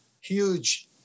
huge